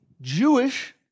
Jewish